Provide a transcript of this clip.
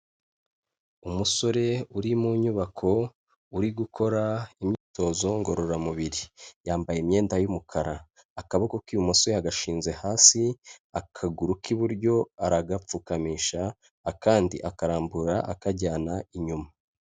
Umusore uri mu nyubako uri gukora imyitozo ngororamubiri yambaye imyenda y'umukara, akaboko k'ibumoso yagashinze hasi, akaguru k'iburyo aragapfukamisha akandi akarambura akajyana inyuma.